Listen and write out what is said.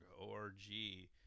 O-R-G